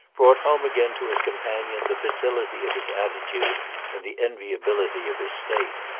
brought home again to his companion the facility of his attitude and the enviability of his state.